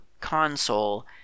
console